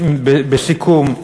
לסיכום,